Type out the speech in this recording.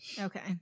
Okay